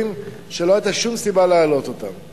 שלא היתה שום סיבה להעלות את מחיריהם.